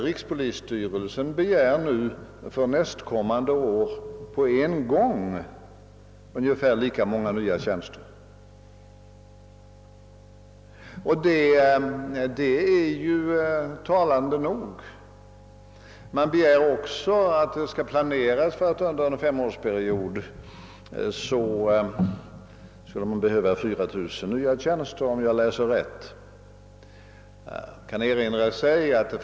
Rikspolisstyrelsen begär mu för nästkommande år på en gång ungefär lika många nya tjänster, och det är ju talande nog. Man begär också att det skall planeras för tillsättning av ytterligare 4 000 tjänster under en femårsperiod — om jag nu läser rätt.